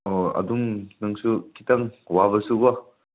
ꯑꯣ ꯑꯗꯨꯝ ꯅꯪꯁꯨ ꯈꯤꯇꯪ ꯋꯥꯕꯁꯨꯀꯣ